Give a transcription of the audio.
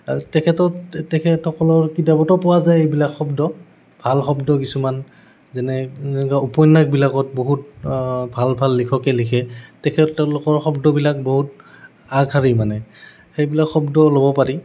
তেখেতত তেখেতসকলৰ কিতাপতো পোৱা যায় এইবিলাক শব্দ ভাল শব্দ কিছুমান উপন্যাসবিলাকত বহুত ভাল ভাল লিখকে লিখে তেখেত তেওঁলোকৰ শব্দবিলাক বহুত আগশাৰী মানে সেইবিলাক শব্দ ল'ব পাৰি